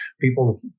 people